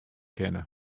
kinne